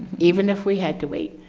even if we had to wait.